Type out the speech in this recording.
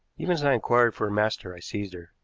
even as i inquired for her master i seized her,